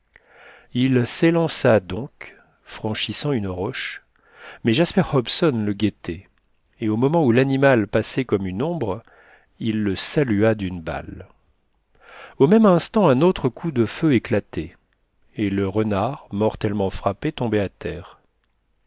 il s'élança donc franchissant une roche mais jasper hobson le guettait et au moment où l'animal passait comme une ombre il le salua d'une balle au même instant un autre coup de feu éclatait et le renard mortellement frappé tombait à terre